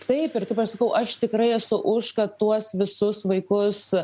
taip ir kaip aš sakau aš tikrai esu už kad tuos visus vaikus